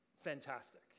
fantastic